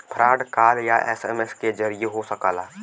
fraud call या SMS के जरिये हो सकला